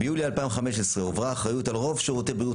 ביולי 2015 הועברה האחריות על רוב שירותי בריאות